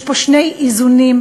יש פה שני איזונים,